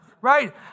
Right